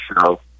show